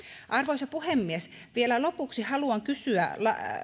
arvoisa puhemies vielä lopuksi haluan kysyä